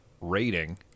rating